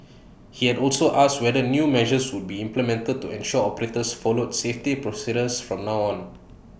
he had also asked whether new measures would be implemented to ensure operators follow safety procedures from now on